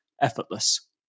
Effortless